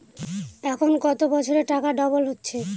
এখন কত বছরে টাকা ডবল হচ্ছে?